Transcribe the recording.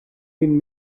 been